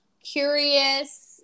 curious